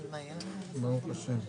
בבקשה.